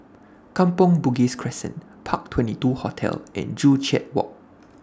Kampong Bugis Crescent Park twenty two Hotel and Joo Chiat Walk